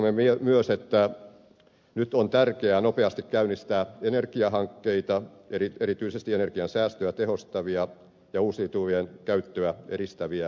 katsomme myös että nyt on tärkeää nopeasti käynnistää energiahankkeita erityisesti energian säästöä tehostavia ja uusiutuvien käyttöä edistäviä